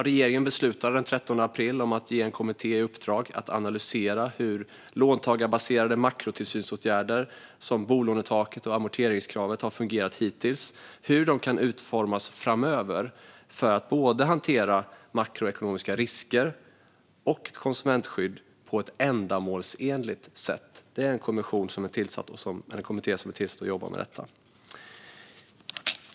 Regeringen beslutade den 13 april om att ge en kommitté i uppdrag att analysera hur låntagarbaserade makrotillsynsåtgärder som bolånetaket och amorteringskravet har fungerat hittills och hur de kan utformas framöver för att hantera både makroekonomiska risker och konsumentskydd på ett ändamålsenligt sätt. En kommitté har tillsatts för att jobba med detta.